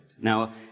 Now